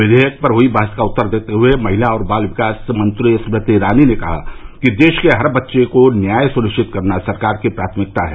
विधेयक पर हुई बहस का उत्तर देते हुए महिला और बाल विकास मंत्री स्मृति ईरानी ने कहा कि देश के हर बच्चे को न्याय सुनिश्चित करना सरकार की प्राथमिकता है